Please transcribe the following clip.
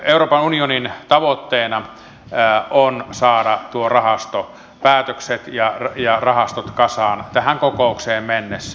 euroopan unionin tavoitteena on saada rahastopäätökset ja rahastot kasaan tähän kokoukseen mennessä